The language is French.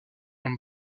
homme